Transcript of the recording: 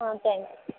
ಹಾಂ ತ್ಯಾಂಕ್ಸ್